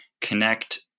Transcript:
connect